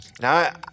Now